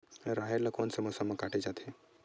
राहेर ल कोन से मौसम म काटे जाथे?